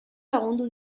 lagundu